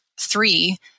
three